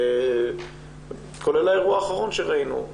וכולל האירוע האחרון שראינו.